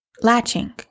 latching